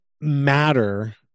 matter